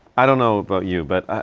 i don't know about you but ah,